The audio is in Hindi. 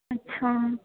अच्छा